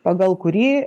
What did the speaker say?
pagal kurį